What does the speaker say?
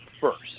first